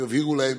אם יבהירו להם